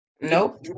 Nope